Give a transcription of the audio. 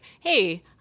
hey